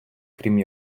крім